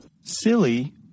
Silly